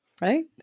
Right